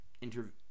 interview